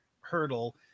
hurdle